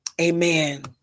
amen